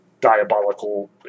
diabolical